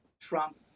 Trump